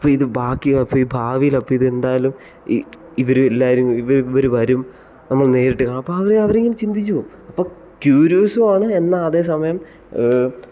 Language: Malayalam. അപ്പം ഇത് ബാക്കി അപ്പം ഇത് ഭാവിയിൽ അപ്പം ഇത് എന്തായാലും ഈ ഇവർ എല്ലാവരുംഇവർ ഇവർ വരും നമ്മൾ നേരിട്ട് അപ്പം അവർ ചിന്തിച്ച് പോകും അപ്പം ക്യൂരിയസ്സുമാണ് എന്നാൽ അതേ സമയം